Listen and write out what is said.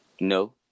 No